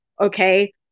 okay